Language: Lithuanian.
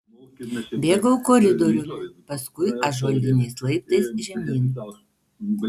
bėgau koridoriumi paskui ąžuoliniais laiptais žemyn